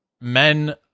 men